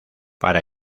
para